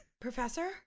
Professor